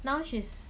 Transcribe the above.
now she's